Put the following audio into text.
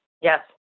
Yes